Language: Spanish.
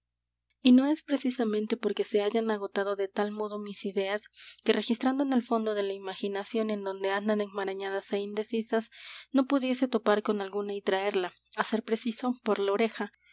y no es precisamente porque se hayan agotado de tal modo mis ideas que registrando en el fondo de la imaginación en donde andan enmarañadas é indecisas no pudiese topar con alguna y traerla á ser preciso por la oreja